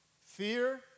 fear